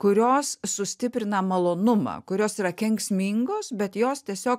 kurios sustiprina malonumą kurios yra kenksmingos bet jos tiesiog